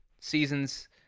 seasons